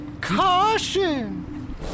caution